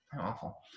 awful